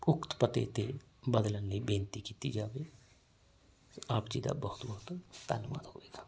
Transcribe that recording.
ਉਕਤ ਪਤੇ 'ਤੇ ਬਦਲਣ ਲਈ ਬੇਨਤੀ ਕੀਤੀ ਜਾਵੇ ਆਪ ਜੀ ਦਾ ਬਹੁਤ ਬਹੁਤ ਧੰਨਵਾਦ ਹੋਵੇਗਾ